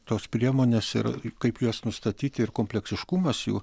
tos priemonės ir kaip juos nustatyti ir kompleksiškumas jų